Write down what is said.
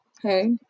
Hey